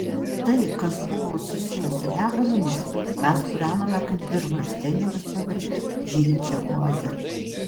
tai kas buvo susiję su negaliomis mes purenome kaip dirvą ir stengėmės paversti žydinčia oaze